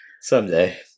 someday